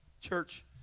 church